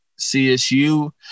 CSU